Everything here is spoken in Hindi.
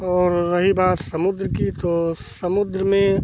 और रही बात समुद्र की तो समुद्र में